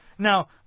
Now